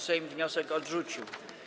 Sejm wniosek odrzucił.